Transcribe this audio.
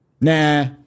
Nah